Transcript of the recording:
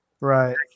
Right